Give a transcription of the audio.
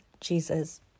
Jesus